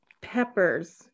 peppers